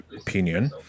opinion